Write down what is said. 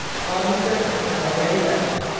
all the servants have already left,